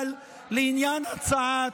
אבל לעניין הצעת,